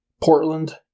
Portland